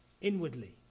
inwardly